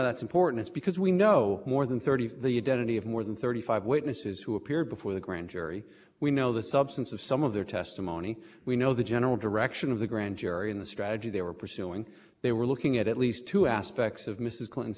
that's important is because we know more than thirty of the destiny of more than thirty five witnesses who appeared before the grand jury we know the substance of some of their testimony we know the general direction of the grand jury in the strategy they were pursuing they were looking at at least two aspects of mrs clinton's